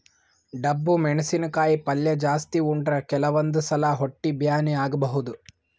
ಡಬ್ಬು ಮೆಣಸಿನಕಾಯಿ ಪಲ್ಯ ಜಾಸ್ತಿ ಉಂಡ್ರ ಕೆಲವಂದ್ ಸಲಾ ಹೊಟ್ಟಿ ಬ್ಯಾನಿ ಆಗಬಹುದ್